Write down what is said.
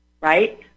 right